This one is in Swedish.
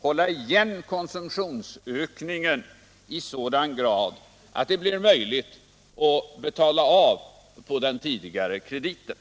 hålla igen konsumtionsökningen i sådan grad att det blir möjligt att betala av på den tidigare ”krediten”.